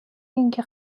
اینکه